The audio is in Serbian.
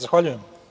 Zahvaljujem.